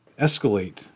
escalate